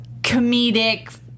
comedic